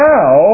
Now